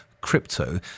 crypto